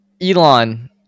Elon